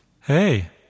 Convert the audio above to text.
Hey